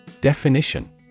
Definition